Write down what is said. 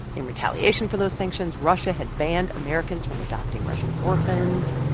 in retaliation for those sanctions, russia had banned americans from adopting russian orphans.